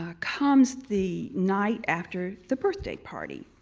ah comes the night after the birthday party